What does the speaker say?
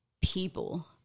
People